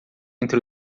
entre